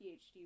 PhD